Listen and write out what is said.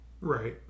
right